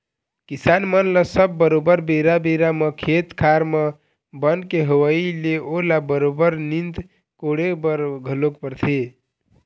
किसान मन ल सब बरोबर बेरा बेरा म खेत खार म बन के होवई ले ओला बरोबर नींदे कोड़े बर घलोक परथे